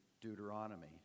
Deuteronomy